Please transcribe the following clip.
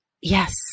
Yes